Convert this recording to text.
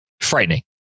Frightening